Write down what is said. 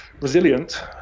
resilient